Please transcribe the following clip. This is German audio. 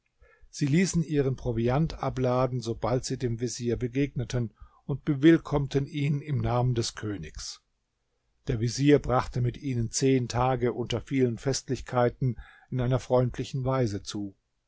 sie ließen ihren proviant abladen sobald sie dem vezier begegneten und bewillkommten ihn im namen des königs der vezier brachte mit ihnen zehn tage unter vielen festlichkeiten in einer freundlichen weise zu